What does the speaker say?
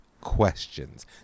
questions